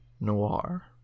noir